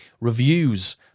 reviews